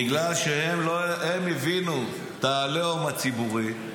בגלל שהם הבינו את העליהום הציבורי,